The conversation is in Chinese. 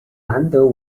兰德